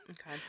Okay